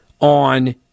on